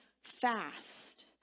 fast